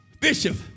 bishop